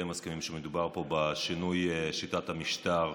די מסכימים שמדובר פה בשינוי שיטת המשטר,